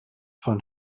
von